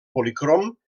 policrom